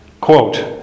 Quote